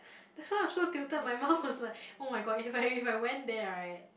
that's why I'm so tilted my mum was like [oh]-my-god if I if I went there right